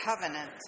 covenant